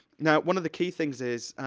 now, one of the key things is,